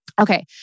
Okay